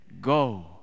Go